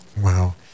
wow